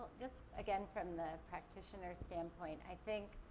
this, again, from the practitioner standpoint, i think,